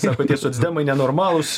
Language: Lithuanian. sako tie socdemai nenormalūs